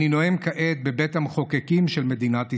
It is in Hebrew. אני נואם כעת בבית המחוקקים של מדינת ישראל.